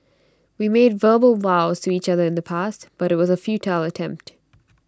we made verbal vows to each other in the past but IT was A futile attempt